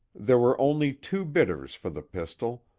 there were only two bidders for the pistol,